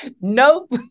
nope